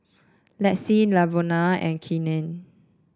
Lexi Lavona and Keenan